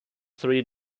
three